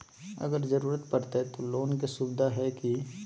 अगर जरूरत परते तो लोन के सुविधा है की?